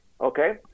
okay